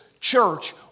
church